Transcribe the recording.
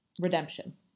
redemption